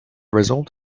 result